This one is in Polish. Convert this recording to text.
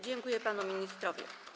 Dziękuję panu ministrowi.